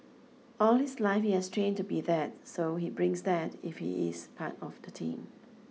all his life he has trained to be that so he brings that if he is part of the team